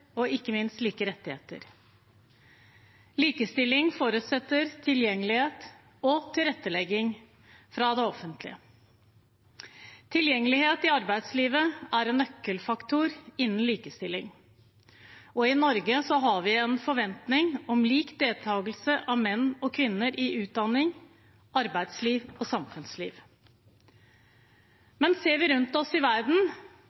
og ikke minst like rettigheter. Likestilling forutsetter tilgjengelighet og tilrettelegging fra det offentlige. Tilgjengelighet i arbeidslivet er en nøkkelfaktor innen likestilling. I Norge har vi en forventning om lik deltagelse av menn og kvinner i utdanning, arbeidsliv og samfunnsliv. Men ser vi rundt oss i verden,